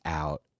out